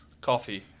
coffee